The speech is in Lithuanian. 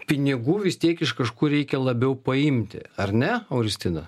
pinigų vis tiek iš kažkur reikia labiau paimti ar ne auristina